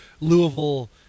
Louisville